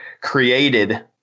created